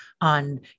on